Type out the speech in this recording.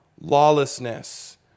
lawlessness